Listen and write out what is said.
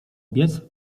biec